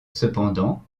cependant